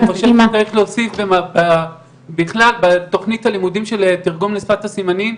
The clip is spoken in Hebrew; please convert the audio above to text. צריך להוסיף בכלל בתכנית הלימודים של תרגום לשפת הסימנים,